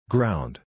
Ground